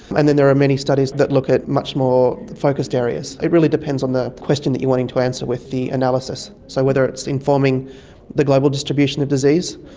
and then there are many studies that look at much more focused areas. it really depends on the question that you are wanting to answer with the analysis, so whether it's informing the global distribution of disease,